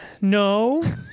No